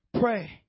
Pray